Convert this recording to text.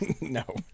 No